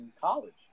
college